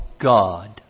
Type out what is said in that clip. God